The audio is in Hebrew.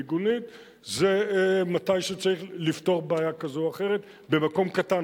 המיגונית היא כשצריך לפתור בעיה כזו או אחרת במקום קטן,